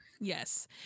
yes